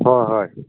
ꯍꯣꯏ ꯍꯣꯏ